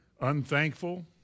Unthankful